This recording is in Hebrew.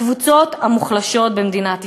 הקבוצות המוחלשות במדינת ישראל: